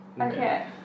Okay